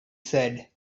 said